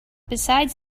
besides